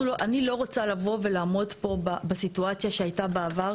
אני לא רוצה לבוא ולעמוד פה בסיטואציה שהייתה בעבר,